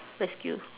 that's skill